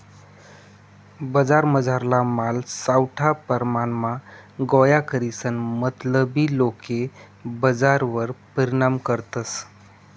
बजारमझारला माल सावठा परमाणमा गोया करीसन मतलबी लोके बजारवर परिणाम करतस